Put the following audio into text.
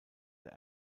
der